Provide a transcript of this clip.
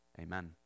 amen